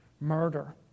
murder